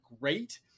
great